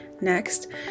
Next